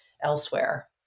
elsewhere